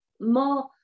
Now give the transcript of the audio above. more